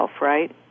right